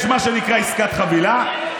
יש מה שנקרא עסקת חבילה,